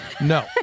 No